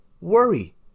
Worry